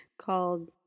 called